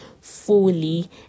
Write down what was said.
fully